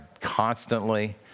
constantly